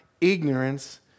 ignorance